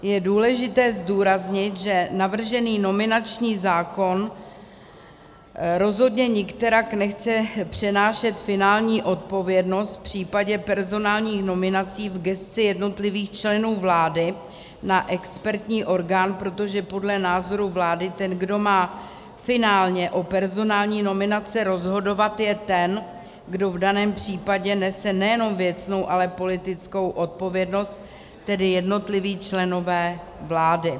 Je důležité zdůraznit, že navržený nominační zákon rozhodně nikterak nechce přenášet finální odpovědnost v případě personální nominací v gesci jednotlivých členů vlády na expertní orgán, protože podle názoru vlády ten, kdo má finálně o personální nominaci rozhodovat, je ten, kdo v daném případě nese nejenom věcnou, ale i politickou odpovědnost, tedy jednotliví členové vlády.